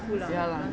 ya lah